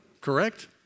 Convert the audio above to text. Correct